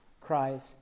cries